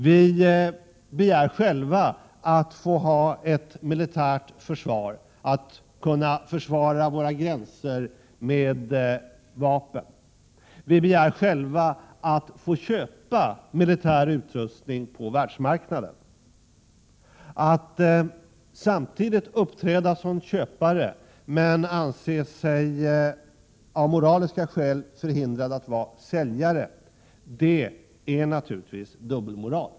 Vi begär själva att få ha ett militärt försvar för att kunna försvara våra gränser med vapen. Vi begär själva att få köpa militär utrustning på världsmarknaden. Att uppträda som köpare och samtidigt av moraliska skäl anse sig förhindrad att vara säljare är naturligtvis dubbelmoral.